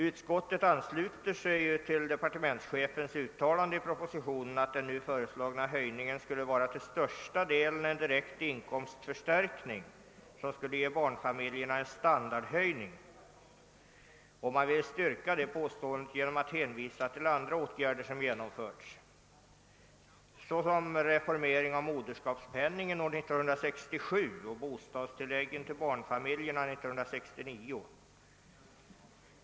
Utskottet ansluter sig ju till depar tementschefens uttalande i propositionen, att den nu föreslagna höjningen skulle vara till största delen en direkt inkomstförstärkning som skulle ge barnfamiljerna en standardhöjning. Man vill styrka det påståendet genom att hänvisa till andra vidtagna åtgärder såsom reformering av moderskapspenningen 1967 och bostadstillägget till barnfamiljerna 1969.